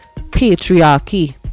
patriarchy